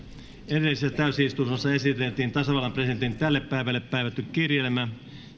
edellisessä täysistunnossa esiteltiin tasavallan presidentin tälle päivälle päivätty kirjelmä